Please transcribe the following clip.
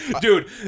Dude